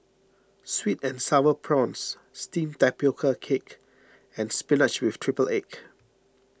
Sweet and Sour Prawns Steamed Tapioca Cake and Spinach with Triple Egg